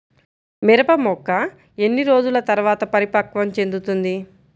మిరప మొక్క ఎన్ని రోజుల తర్వాత పరిపక్వం చెందుతుంది?